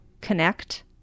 connect